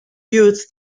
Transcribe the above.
youth